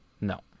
No